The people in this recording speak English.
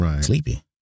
sleepy